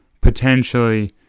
potentially